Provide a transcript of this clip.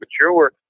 mature